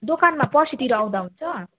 दोकानमा पर्सितिर आउँदा हुन्छ